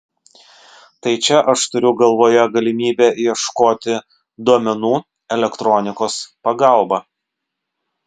tai čia aš turiu galvoje galimybę ieškoti duomenų elektronikos pagalba